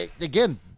Again